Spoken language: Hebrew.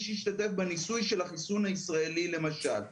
שהשתתף בניסוי של החיסון הישראלי למשל,